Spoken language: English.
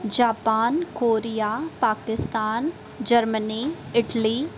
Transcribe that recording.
Japan Korea Pakistan Germany Italy